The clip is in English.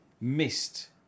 missed